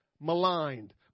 maligned